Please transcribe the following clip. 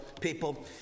people